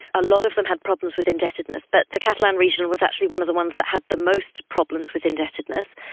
a lot of them had problems with indebtedness, but the catalan region was actually one of the ones that had the most problems with indebtedness.